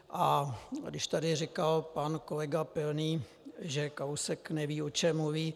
A když tady říkal pan kolega Pilný, že Kalousek neví, o čem mluví.